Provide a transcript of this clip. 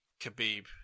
Khabib